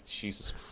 Jesus